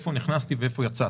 איפה נכנסתי ואיפה יצאתי.